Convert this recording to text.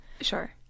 Sure